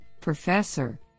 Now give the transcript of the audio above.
professor